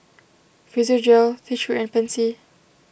Physiogel T three and Pansy